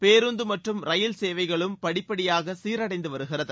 பேருந்து மற்றும் ரயில் சேவைகளும் படிப்படியாக சீரடைந்து வருகிறது